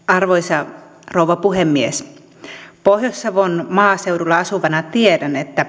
arvoisa rouva puhemies pohjois savon maaseudulla asuvana tiedän että